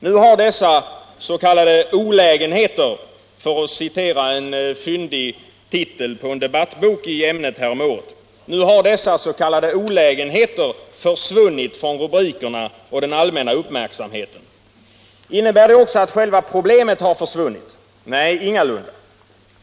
Nu har dessa ”olägenheter” — för att citera den fyndiga titeln på en debattbok i ämnet häromåret - försvunnit från rubrikerna och den allmänna uppmärksamheten. Innebär det också att själva problemet har försvunnit? Nej, ingalunda.